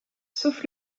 sauf